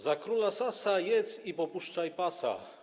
Za króla Sasa jedz i popuszczaj pasa.